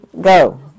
Go